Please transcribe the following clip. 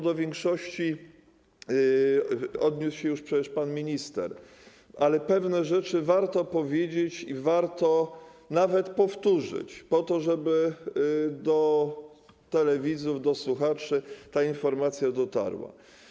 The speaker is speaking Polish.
Do większości kwestii odniósł się już pan minister, ale pewne rzeczy warto powiedzieć i warto nawet powtórzyć, po to żeby do telewidzów, do słuchaczy ta informacja dotarła.